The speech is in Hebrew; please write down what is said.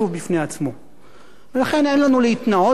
ולכן אין לנו להתנאות כל כך בחופש הגדול.